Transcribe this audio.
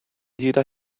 jeder